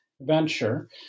venture